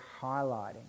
highlighting